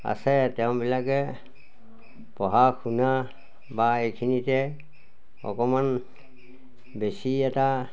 আছে তেওঁবিলাকে পঢ়া শুনা বা এইখিনিতে অকমান বেছি এটা